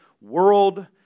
world